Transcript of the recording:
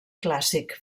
clàssic